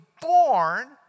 born